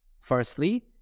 Firstly